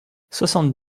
soixante